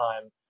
time